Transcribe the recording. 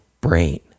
brain